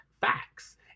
facts